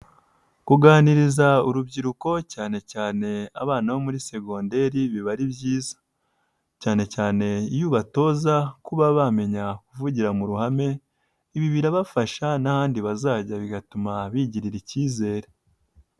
Kuganiriza urubyiruko cyane cyane abana bo muri segonderi biba ari byiza, cyane cyane iyo ubatoza kuba bamenya kuvugira mu ruhame, ibi birabafasha n'ahandi bazajya bigatuma bigirira ikizere.